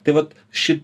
tai vat ši